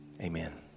amen